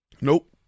Nope